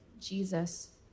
Jesus